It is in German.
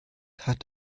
hat